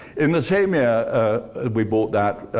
in the same year ah we bought that,